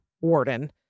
warden